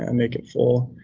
um make it full.